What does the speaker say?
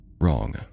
wrong